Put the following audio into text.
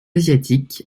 asiatique